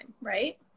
right